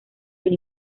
del